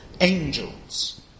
Angels